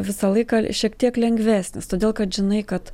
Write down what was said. visą laiką šiek tiek lengvesnis todėl kad žinai kad